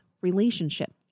relationship